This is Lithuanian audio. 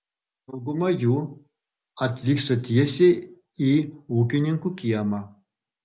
dauguma jų atvyksta tiesiai į ūkininkų kiemą